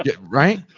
Right